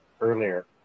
earlier